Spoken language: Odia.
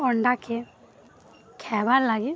ଅଣ୍ଡାକେ ଖାଇବାର୍ ଲାଗି